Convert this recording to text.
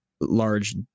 large